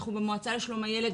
אנחנו במועצה לשלום הילד